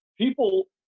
People